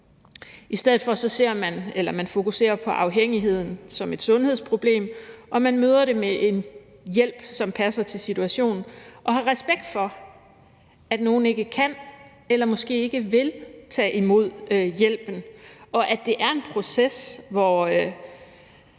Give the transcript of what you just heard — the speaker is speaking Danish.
I stedet fokuseres der på afhængigheden som et sundhedsproblem, og de mødes med en hjælp, som passer til situationen, og en respekt for, at nogle ikke kan eller måske ikke vil tage imod hjælpen, og at det er en proces, hvor